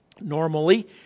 Normally